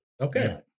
Okay